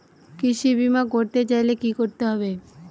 কৃষি বিমা করতে চাইলে কি করতে হবে?